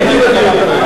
הייתי בדיונים האלה.